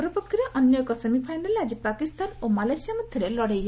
ଅପରପକ୍ଷରେ ଅନ୍ୟ ଏକ ସେମିଫାଇନାଲ୍ରେ ଆକି ପାକିସ୍ତାନ ଓ ମାଲେସିଆ ମଧ୍ୟରେ ଲଢ଼େଇ ହେବ